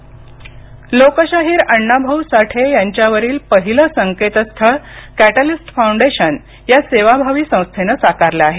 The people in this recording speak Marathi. अण्णाभाऊ साठे लोकशाहीर अण्णा भाऊ साठे यांच्यावरील पहिलं संकेतस्थळ कॅटलिस्ट फाउंडेशन या सेवाभावी संस्थेने साकारलं आहे